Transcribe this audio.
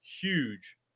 huge